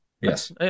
Yes